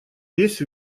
весь